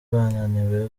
bananiwe